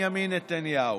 בנימין נתניהו.